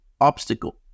obstacle